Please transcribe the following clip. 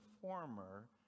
former